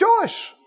choice